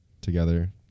together